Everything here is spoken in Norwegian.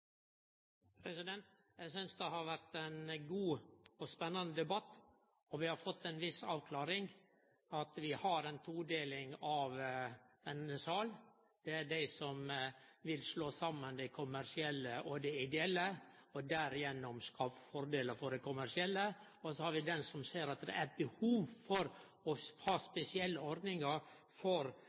skyld. Eg synest det har vore ein god og spennande debatt, og vi har fått ei viss avklaring. Vi har ei todeling i denne salen: Det er dei som vil slå saman dei kommersielle og ideelle og gjennom det skaffe fordelar for dei kommersielle, og så har vi dei som ser at det er eit behov for å ha spesielle ordningar for